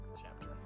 chapter